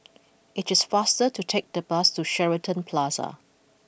it is faster to take the bus to Shenton Plaza